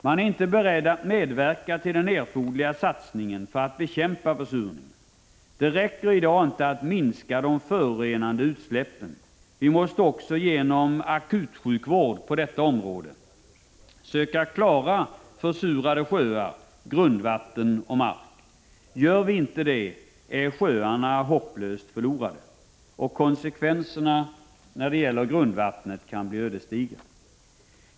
Man är inte beredd att medverka till den erfoderliga satsningen för att bekämpa försurningen. Det räcker i dag inte att minska de förorenande utsläppen. Vi måste också genom akutsjukvård på detta område söka klara försurade sjöar, grundvatten och mark. Gör vi inte det är sjöarna hopplöst förlorade. Och konsekvenserna när det gäller grundvattnet kan bli ödesdigra.